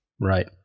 Right